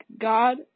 God